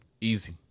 Easy